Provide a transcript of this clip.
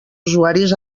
usuaris